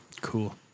Cool